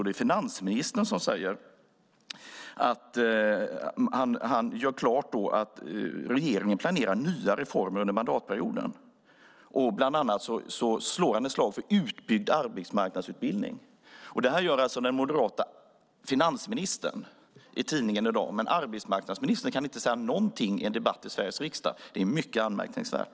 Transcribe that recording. Det är finansministern som gör klart att regeringen planerar nya reformer under mandatperioden, och han slår bland annat ett slag för utbyggd arbetsmarknadsutbildning. Det gör alltså den moderate finansministern i tidningen i dag, men arbetsmarknadsministern kan inte säga någonting i en debatt i Sveriges riksdag. Det är mycket anmärkningsvärt.